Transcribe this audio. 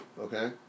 okay